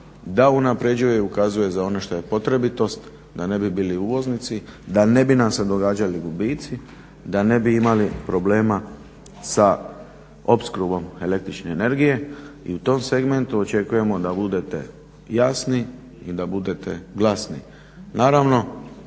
Da unaprjeđuje i ukazuje za ono što je potrebitost da ne bi bili uvoznici, da ne bi nam se događali gubici, da ne bi imali problema sa opskrbom električne energije i tu tom segmentu očekujemo da budete jasni i da budete glasni.